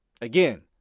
again